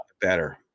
better